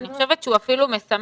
אני חושבת שהוא אפילו משמח.